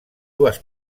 dues